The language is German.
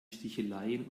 sticheleien